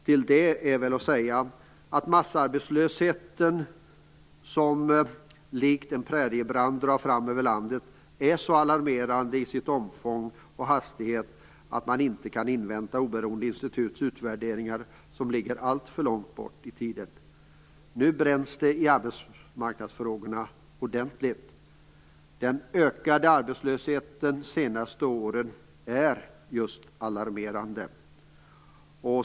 Till detta kan sägas att massarbetslösheten, som likt en präriebrand drar fram över landet, är så alarmerande i omfång och hastighet att man inte kan invänta oberoende instituts utvärderingar, som ligger alltför långt fram i tiden. Nu bränns det ordentligt i arbetsmarknadsfrågorna. De senaste årens ökade arbetslöshet är just alarmerande.